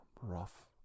rough